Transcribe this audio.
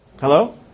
Hello